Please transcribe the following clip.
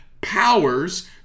powers